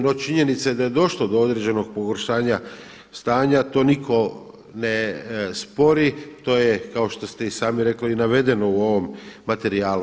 No činjenica je da je došlo do određenog pogoršanja stanja a to nitko ne spori, to je kao što ste i sami rekli i navedeno u ovom materijalu.